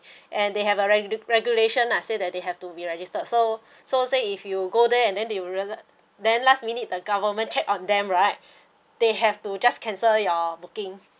and they have a regu~ regulation lah say that they have to be registered so so say if you go there and then they will then last minute the government check on them right they have to just cancel your booking